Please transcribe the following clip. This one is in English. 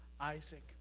Isaac